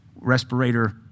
respirator